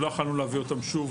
ולא יכולנו להביא אותן שוב